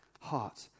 heart